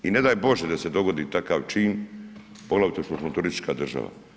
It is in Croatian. I ne daj Bože da se dogodi takav čin poglavito što smo turistička država.